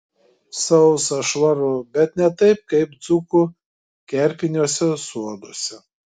sausa švaru bet ne taip kaip dzūkų kerpiniuose soduose